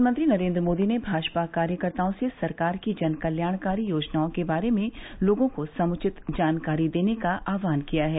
प्रधानमंत्री नरेन्द्र मोदी ने भाजपा कार्यकर्ताओं से सरकार की जनकल्याणकारी योजनाओं के बारे में लोगों को समुचित जानकारी देने का आहवान किया है